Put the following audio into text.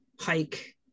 hike